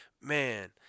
man